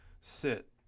sit